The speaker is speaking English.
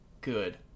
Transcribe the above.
good